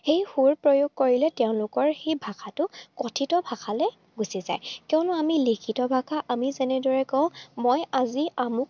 সেই সুৰ প্ৰয়োগ কৰিলে তেওঁলোকৰ সেই ভাষাটোক কথিত ভাষালৈ গুচি যায় কিয়নো আমি লিখিত ভাষা আমি যেনেদৰে কওঁ মই আজি আমুক